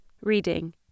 reading